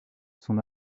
son